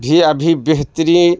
بھی ابھی بہترین